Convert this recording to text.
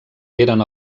eren